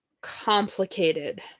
complicated